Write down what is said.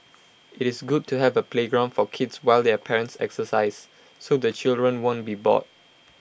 IT is good to have A playground for kids while their parents exercise so the children won't be bored